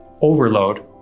overload